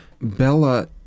Bella